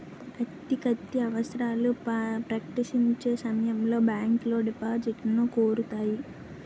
ఆర్థికత్యవసరాలు ప్రకటించే సమయంలో బ్యాంకులో డిపాజిట్లను కోరుతాయి